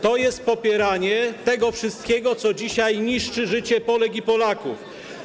To jest popieranie tego wszystkiego, co dzisiaj niszczy życie Polek i Polaków.